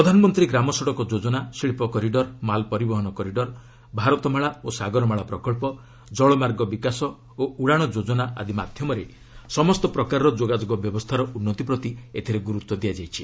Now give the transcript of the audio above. ପ୍ରଧାନମନ୍ତ୍ରୀ ଗ୍ରାମ ସଡ଼କ ଯୋଜନା ଶିଳ୍ପ କରିଡ଼ର ମାଲପରିବହନ କରିଡ଼ର ଭାରତମାଳା ଓ ସାଗରମାଳା ପ୍ରକଳ୍ପ ଜଳ ମାର୍ଗ ବିକାଶ ଓ ଉଡ଼ାଣ ଯୋଜନା ଆଦି ମାଧ୍ୟମରେ ସମସ୍ତ ପ୍ରକାରର ଯୋଗାଯୋଗ ବ୍ୟବସ୍ଥାର ଉନ୍ନତି ପ୍ରତି ଏଥିରେ ଗୁରୁତ୍ୱ ଦିଆଯାଇଛି